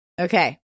okay